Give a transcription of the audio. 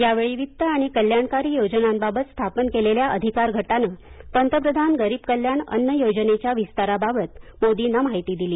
यावेळी वित्त आणि कल्याणकारी योजनांबाबत स्थापन केलेल्या अधिकार गटानं पंतप्रधान गरीब कल्याण अन्न योजनेच्या विस्ताराबाबत मोदींना माहिती दिली